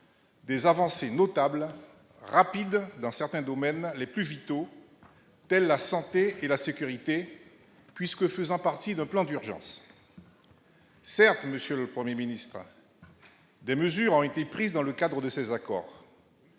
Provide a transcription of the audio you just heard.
des avancées notables, rapides dans certains domaines les plus vitaux tels la santé et la sécurité, puisque faisant partie d'un plan d'urgence. Certes, monsieur le Premier ministre, des mesures ont été prises dans le cadre de ces accords.